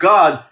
God